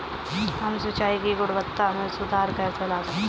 हम सिंचाई की गुणवत्ता में सुधार कैसे ला सकते हैं?